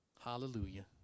Hallelujah